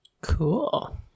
Cool